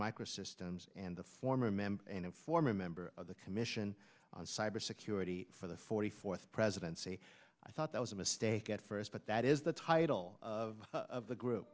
microsystems and a former member and former member of the commission on cybersecurity for the forty fourth president say i thought that was a mistake at first but that is the title of the group